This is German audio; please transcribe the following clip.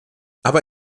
aber